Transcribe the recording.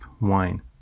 wine